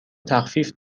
تخفیف